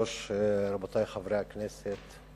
כבוד היושב-ראש, רבותי חברי הכנסת,